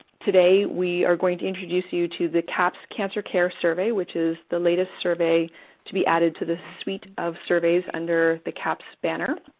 today we are going to introduce you to the cahps cancer care survey, which is the latest survey to be added to the suite of surveys under the cahps banner.